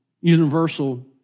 universal